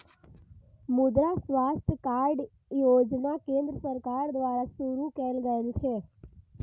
मुद्रा स्वास्थ्य कार्ड योजना केंद्र सरकार द्वारा शुरू कैल गेल छै